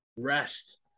Rest